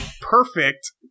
Perfect